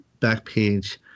Backpage